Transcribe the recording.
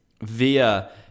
via